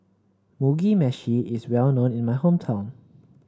Mugi Meshi is well known in my hometown